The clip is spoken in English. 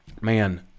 man –